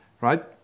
right